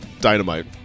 Dynamite